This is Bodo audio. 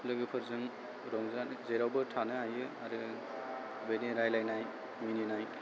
लोगोफोरजों रंजानो जेरावबो थानो हायो आरो बायदि रायलायनाय मिनिनाय